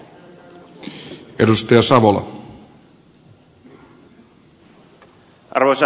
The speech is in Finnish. arvoisa puhemies